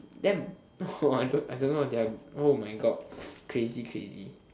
damn !wah! I don't I don't know ah they're oh my god crazy crazy